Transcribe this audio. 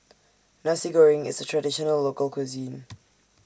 Nasi Goreng IS A Traditional Local Cuisine